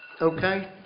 Okay